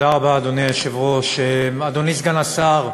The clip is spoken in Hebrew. אדוני היושב-ראש, תודה רבה, אדוני סגן השר,